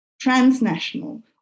transnational